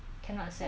中国